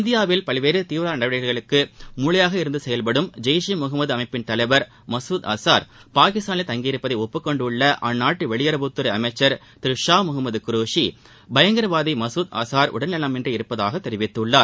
இந்தியாவில் பல்வேறு தீவிரவாத நடவடிக்கைகளுக்கு மூளையாக இருந்து செயல்படும் ஜெய்ஷ் இ முகமது அமைப்பு தலைவர் மசூத் அசார் பாகிஸ்தானில் தங்கியிருப்பதை ஒப்புக்கொண்டுள்ள அந்நாட்டு வெளியுறவுத்துறை அமைச்சர் திரு வஷா முகமது குரேஷி பயங்கரவாதி மசூத் அசார் உடல் நலமின்றி இருப்பதாகவும் தெரிவித்துள்ளார்